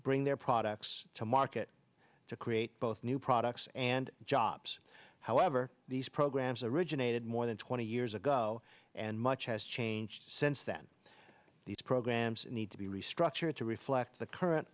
bring their products to market to create both new products and jobs however these programs originated more than twenty years ago and much has changed since then these programs need to be restructured to reflect the current